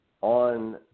on